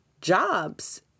jobs